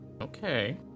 Okay